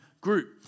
group